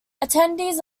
attendees